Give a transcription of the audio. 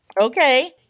Okay